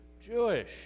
Jewish